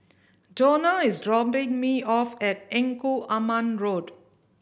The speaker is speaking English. Dona is dropping me off at Engku Aman Road